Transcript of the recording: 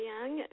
Young